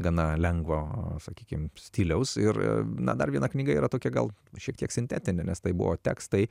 gana lengvo sakykim stiliaus ir na dar viena knyga yra tokia gal šiek tiek sintetinė nes tai buvo tekstai